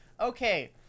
Okay